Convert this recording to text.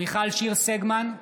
מיכל שיר סגמן,